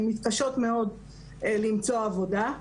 הן מתקשות מאוד למצוא עבודה.